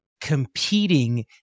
competing